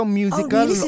musical